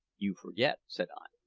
you forget, said i,